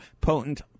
potent